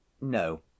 No